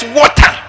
water